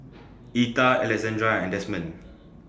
Etta Alexandra and Desmond